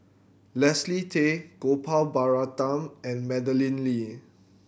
Leslie Tay Gopal Baratham and Madeleine Lee